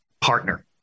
partner